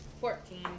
Fourteen